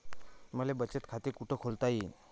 मले बचत खाते कुठ खोलता येईन?